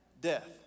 death